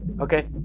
Okay